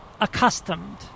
accustomed